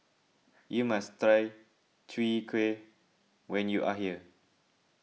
you must try Chwee Kueh when you are here